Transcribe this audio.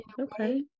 okay